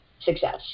success